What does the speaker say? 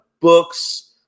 books